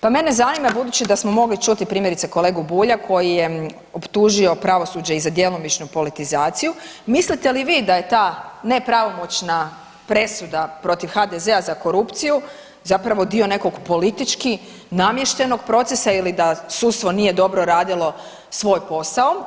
Pa mene zanima budući da smo mogli čuti primjerice kolegu Bulja koji je optužio pravosuđe i za djelomičnu politizaciju, mislite li vi da je ta nepravomoćna presuda protiv HDZ-a za korupciju zapravo dio nekog politički namještenog procesa ili da sudstvo nije dobro radilo svoj posao.